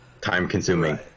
Time-consuming